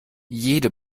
jede